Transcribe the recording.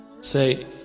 Say